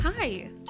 Hi